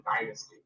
dynasty